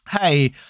hey